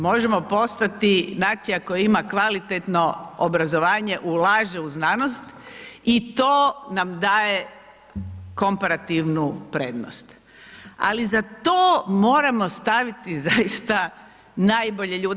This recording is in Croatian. Možemo postati nacija koja ima kvalitetno obrazovanje, ulaže u znanost i to nam daje komparativnu prednost, ali za to moramo staviti zaista najbolje ljude.